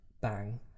bang